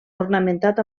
ornamentat